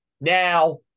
now